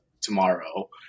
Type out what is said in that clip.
tomorrow